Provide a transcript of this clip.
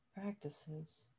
practices